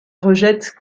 rejette